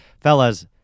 fellas